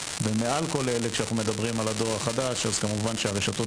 מעל כל אלה כשאנחנו מדברים על הדור החדש אז כמובן שהרשתות